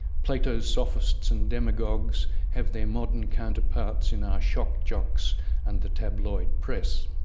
plato's sophists and demagogues have their modern counterparts in our shock jocks and the tabloid press.